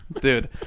Dude